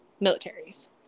militaries